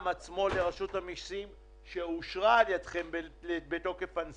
אני רוצה לפחות לפרוש את הנושאים הראשונים שעליהם חשוב לדבר ושעלו,